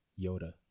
yoda